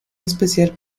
especial